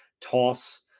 toss